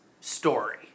story